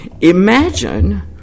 Imagine